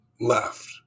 left